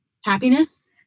happiness